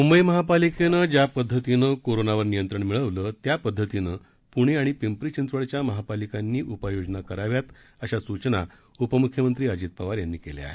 मुंबई महापालिकेनं ज्या पदधतीनं कोरोनावर नियंत्रण मिळवलं त्या पदधतीनं पृणे आणि पिंपरी चिंचवडच्या महापालिकांनी उपाय योजना कराव्यात अशा सूचना उपम्ख्यमंत्री अजीत पवार यांनी केल्या आहेत